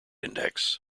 index